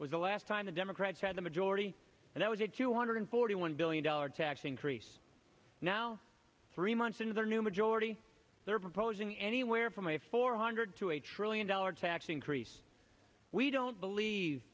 was the last time the democrats had a majority and that was a two hundred forty one billion dollar tax increase now three months into their new majority they're proposing anywhere from a four hundred to a trillion dollar tax increase we don't believe